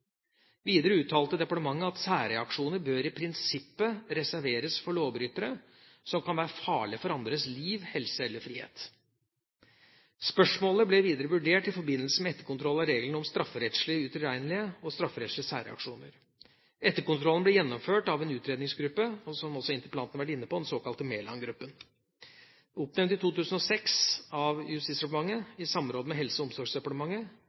Videre uttalte departementet at «særreaksjoner bør i prinsippet reserveres for lovbrytere som kan være farlige for andres liv, helse eller frihet». Spørsmålet ble videre vurdert i forbindelse med etterkontroll av reglene om strafferettslig utilregnelighet og strafferettslige særreaksjoner. Etterkontrollen ble gjennomført av en utredningsgruppe, som også interpellanten har vært inne på, den såkalte Mæland-gruppen, som ble oppnevnt i 2006 av Justisdepartementet i samråd med Helse- og omsorgsdepartementet.